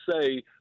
say